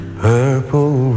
purple